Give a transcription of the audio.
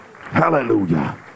hallelujah